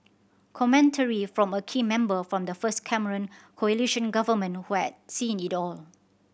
commentary from a key member from the first Cameron coalition government who had seen it all